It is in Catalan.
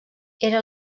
era